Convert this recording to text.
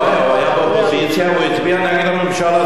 הוא היה באופוזיציה, והוא הצביע נגד הממשל הצבאי.